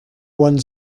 one